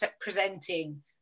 presenting